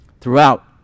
throughout